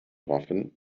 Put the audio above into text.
waffen